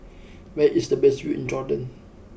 where is the best view in Jordan